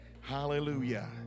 Hallelujah